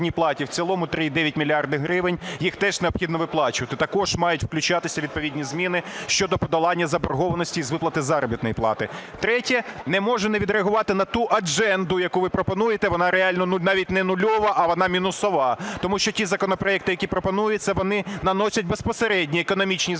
в цілому 3,9 мільярда гривень, їх теж необхідно виплачувати. Також мають включатися відповідні зміни щодо подолання заборгованості з виплати заробітної плати. Третє. Не можу не відреагувати на ту адженду, яку ви пропонуєте, вона реально навіть не нульова, а вона мінусова. Тому що ті законопроекти, які пропонуються, вони наносять безпосередні економічні збитки